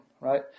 Right